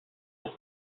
pour